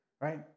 right